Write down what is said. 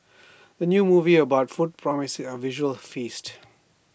the new movie about food promises A visual feast